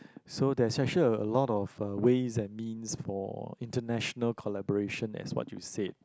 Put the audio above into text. so there's actually a a lot of uh ways and means for international collaboration as what you said